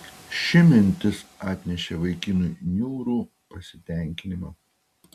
ši mintis atnešė vaikinui niūrų pasitenkinimą